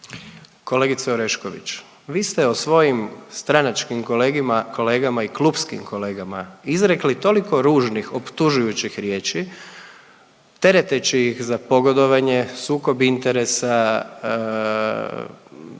Kolegice Orešković, vi ste o svojim stranačkim kolegima, kolegama i klupskim kolegama izrekli toliko ružnih, optužujućih riječi, tereteći ih za pogodovanje, sukob interesa